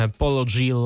Apology